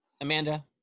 Amanda